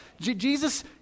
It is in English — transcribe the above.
Jesus